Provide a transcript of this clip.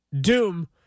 Doom